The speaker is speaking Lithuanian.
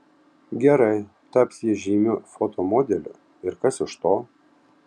gerai taps ji žymiu fotomodeliu ir kas iš to